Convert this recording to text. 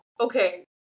Okay